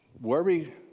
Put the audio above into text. worry